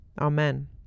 Amen